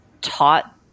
taught